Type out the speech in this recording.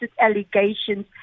allegations